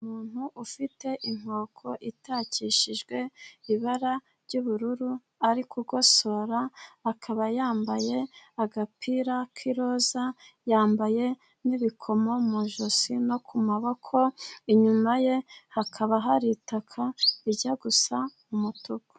Umuntu ufite inkoko itakishijwe ibara ry'ubururu , ari kugosora , akaba yambaye agapira k'iroza , yambaye n'ibikomo mu ijosi no ku maboko . Inyuma ye hakaba hari itaka rijya gusa umutuku.